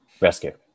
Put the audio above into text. Rescue